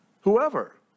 Whoever